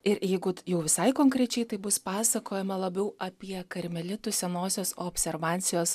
ir jeigu jau visai konkrečiai tai bus pasakojama labiau apie karmelitų senosios observancijos